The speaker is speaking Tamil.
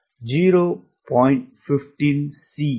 15 சி